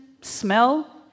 smell